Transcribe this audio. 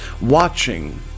watching